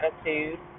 attitude